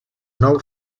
nou